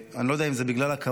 אני לא יודע אם זה בגלל הכבוד,